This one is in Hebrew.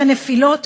את הנפילות,